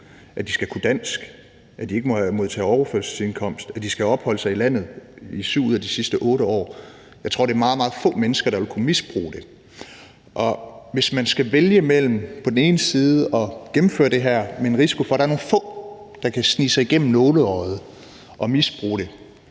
at de skal kunne dansk, at de ikke må modtage overførselsindkomst, og at de skal have opholdt sig i landet i 7 ud af de sidste 8 år. Jeg tror, det er meget, meget få mennesker, der vil kunne misbruge det. Hvis man skal vælge imellem på den ene side at gennemføre det her med en risiko for, at der er nogle få, der kan snige sig igennem nåleøjet og misbruge det,